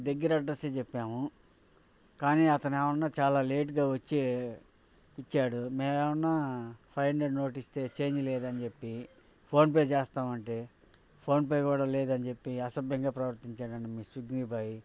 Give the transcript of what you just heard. దగ్గర అడ్రెస్ ఏ చెప్పాము కానీ అతను ఏమన్న చాలా లేట్గా వచ్చి ఇచ్చాడు మేము ఏమన్నా ఫైవ్ హండ్రెడ్ నోట్ ఇస్తే చేంజ్ లేదని చెప్పి ఫోన్పే చేస్తామంటే ఫోన్పే కూడా లేదని చెప్పి అసభ్యంగా ప్రవర్తించాడండి మీ స్వీగ్గీ బాయ్